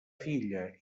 filla